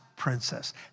princess